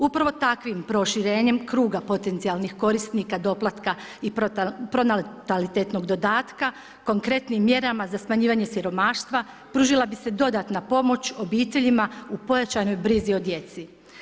Upravo takvim proširenjem kruga potencijalnih korisnika doplatka i pronatalitetnog dodatka konkretnim mjerama za smanjivanje siromaštva pružila bi se dodatna pomoć obiteljima u pojačanoj brizi o djeci.